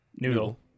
Noodle